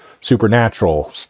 supernatural